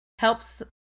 helps